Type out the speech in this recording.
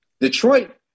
Detroit